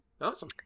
Awesome